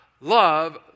love